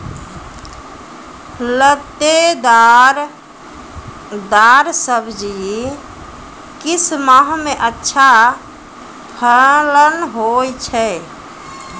लतेदार दार सब्जी किस माह मे अच्छा फलन होय छै?